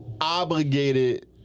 obligated